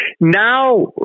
now